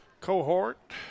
cohort